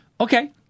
okay